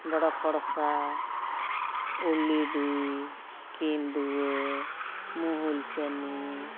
ᱵᱚᱲᱚ ᱯᱚᱲᱥᱟ ᱩᱞᱤᱰᱤ ᱠᱤᱫᱩᱣᱟᱹ ᱢᱩᱦᱩᱞ ᱯᱟᱹᱱᱤ